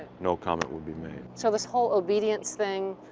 no comment would be made. so, this whole obedience thing,